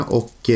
och